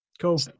cool